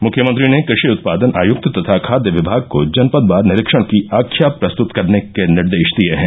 मुख्यमंत्री ने कृषि उत्पादन आयक्त तथा खाद्य विभाग को जनपदवार निरीक्षण की आख्या प्रस्तुत करने के निर्देश दिये हैं